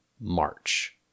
March